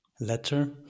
letter